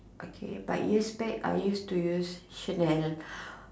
okay but years back I used to use Chanel